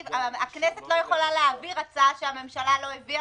הכנסת לא יכולה להעביר הצעה שהממשלה לא הביאה